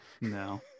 no